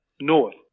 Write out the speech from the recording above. North